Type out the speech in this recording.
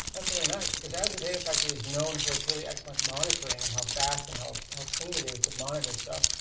that's really nice because azure data factory is known for its really excellent monitoring and how fast and how how clean it is to monitor stuff.